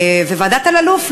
וועדת אלאלוף,